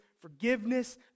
forgiveness